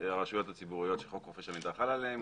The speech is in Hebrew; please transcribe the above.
הרשויות הציבוריות שחוק חופש המידע חל עליהן,